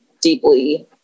deeply